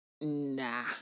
nah